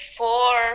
four